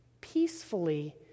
peacefully